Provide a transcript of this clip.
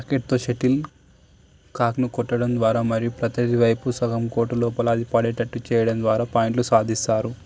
ర్యాకెట్తో shuttle కాక్ను కొట్టడం ద్వారా మరియు ప్రత్యర్థి వైపు సగం కోర్టు లోపల అది పడేటట్టు చేయడం ద్వారా పాయింట్లు సాధిస్తారు